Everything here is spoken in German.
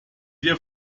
dir